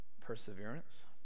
perseverance